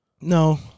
No